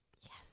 Yes